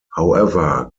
however